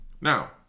Now